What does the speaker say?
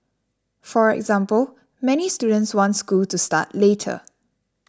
for example many students want school to start later